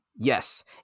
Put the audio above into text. yes